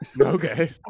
Okay